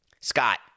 Scott